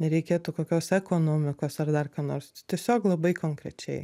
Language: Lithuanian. nereikėtų kokios ekonomikos ar dar ką nors tiesiog labai konkrečiai